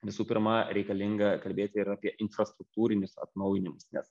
visų pirma reikalinga kalbėti ir apie infrastruktūrinius atnaujinimus nes